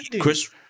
Chris